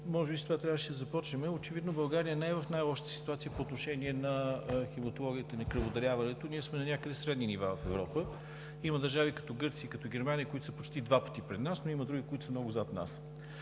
може би с това трябваше да започнем, очевидно България не е в най-лошата ситуация по отношение на хематологията, на кръводаряването. Ние сме някъде в средните нива на Европа. Има държави като Гърция и Германия, които са почти два пъти пред нас, но има и други, които са много зад нас,